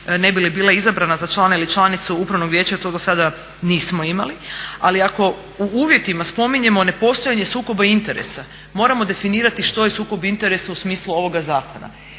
ne bi li bila izabrana za člana ili članicu upravnog vijeća, to dosada nismo imali, ali ako u uvjetima spominjemo nepostojanje sukoba interesa moramo definirati što je sukob interesa u smislu ovoga zakona.